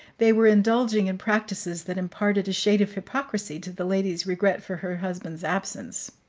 they were indulging in practices that imparted a shade of hypocrisy to the lady's regret for her husband's absence.